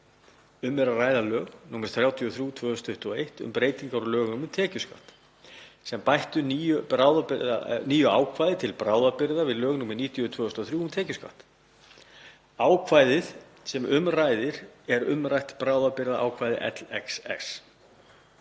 Um er að ræða lög nr. 33/2021, um breytingu á lögum um tekjuskatt, sem bættu nýju ákvæði til bráðabirgða við lög nr. 90/2003, um tekjuskatt. Ákvæðið sem um ræðir er umrætt bráðabirgðaákvæði LXX.